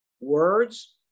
Words